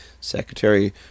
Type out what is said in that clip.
Secretary